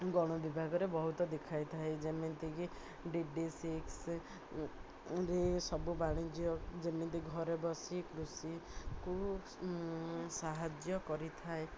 ଗଣ ବିଭାଗରେ ବହୁତ ଦେଖାଇଥାଏ ଯେମିତିକି ଡ଼ିଡ଼ି ସିକ୍ସ ସବୁ ବାଣିଜ୍ୟ ଯେମିତି ଘରେ ବସି କୃଷିକୁ ସାହାଯ୍ୟ କରିଥାଏ